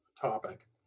topic